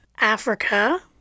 Africa